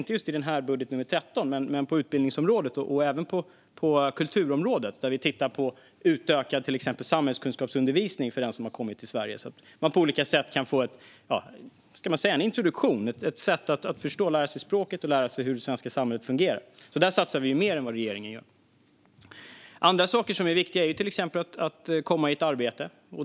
Det är inte just på utgiftsområde 13, men på utbildningsområdet och även på kulturområdet. Där tittar vi på till exempel utökad samhällskunskapsundervisning för den som kommit till Sverige så att man på olika sätt kan få en introduktion och ett sätt att förstå och lära sig språket och hur det svenska samhället fungerar. Där satsar vi mer än vad regeringen gör. Andra saker som är viktiga är till exempel att komma i arbete.